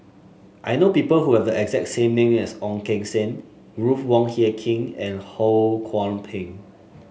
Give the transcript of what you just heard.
I know people who have the exact name as Ong Keng Sen Ruth Wong Hie King and Ho Kwon Ping